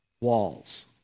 walls